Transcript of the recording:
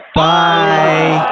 bye